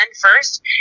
first